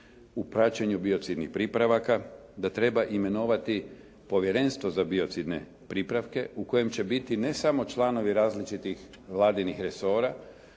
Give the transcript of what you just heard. u praćenju biocidnih pripravaka, da treba imenovati Povjerenstvo za biocidne pripravke u kojim će biti ne samo članovi različitih vladinih resora,